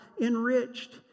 enriched